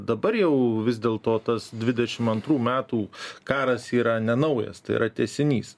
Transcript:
dabar jau vis dėlto tas dvidešim antrų metų karas yra nenaujas tai yra tęsinys